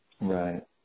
right